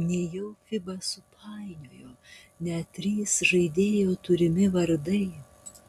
nejau fiba supainiojo net trys žaidėjo turimi vardai